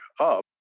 up